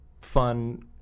fun